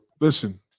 listen